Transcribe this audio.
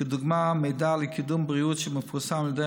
לדוגמה מידע לקידום בריאות שמפורסם על ידי